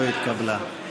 לא התקבלה.